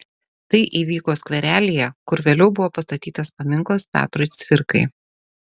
tai įvyko skverelyje kur vėliau buvo pastatytas paminklas petrui cvirkai